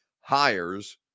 hires